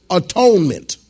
atonement